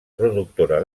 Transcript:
productora